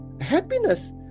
happiness